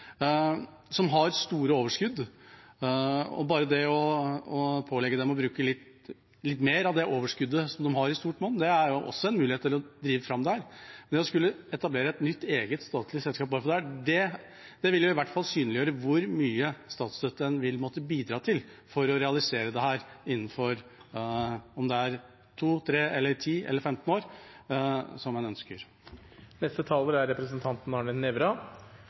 som har store overskudd. Bare det å pålegge dem å bruke litt mer av det overskuddet, som de har i stort monn, er også en mulighet for å drive fram dette. Men det å skulle etablere et nytt statlig selskap bare for dette ville i hvert fall synliggjøre hvor mye statsstøtte en vil måtte bidra med for å realisere dette innen to, tre, ti eller femten år – eller hva en ønsker. Representanten Arne Nævra